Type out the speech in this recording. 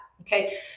Okay